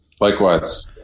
Likewise